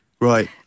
Right